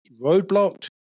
roadblocked